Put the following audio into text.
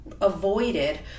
avoided